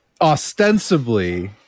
ostensibly